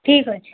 ଠିକ୍ ଅଛି